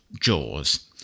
jaws